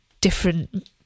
different